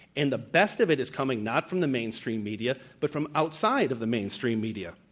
and the best of it is coming not from the mainstream media, but from outside of the mainstream media.